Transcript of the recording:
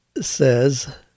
says